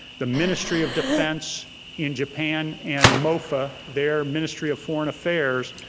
the ministry of defense in japan, and mofa, their ministry of foreign affairs,